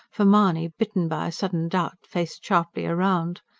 for mahony, bitten by a sudden doubt, faced sharply round.